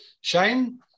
Shane